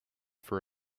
for